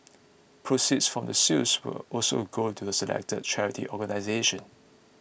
proceeds from the sales will also go to the selected charity organisations